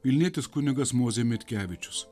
vilnietis kunigas mozė mitkevičius